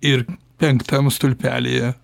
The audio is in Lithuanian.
ir penktam stulpelyje